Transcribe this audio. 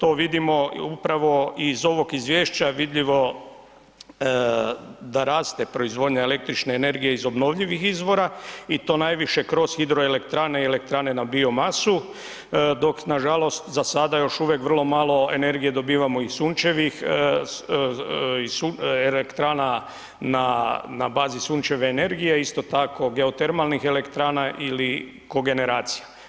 To vidimo upravo iz ovog izvješća vidljivo je da raste proizvodnja električne energije iz obnovljivih izvora i to najviše kroz hidroelektrane i elektrane na biomasu dok nažalost za sada još uvijek vrlo malo energije dobivamo iz elektrana na bazi sunčeve energije, isto tako geotermalnih elektrana ili kogeneracija.